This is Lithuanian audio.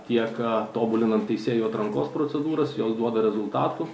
tiek a tobulinant teisėjų atrankos procedūras jos duoda rezultatų